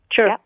sure